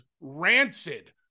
rancid